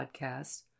podcast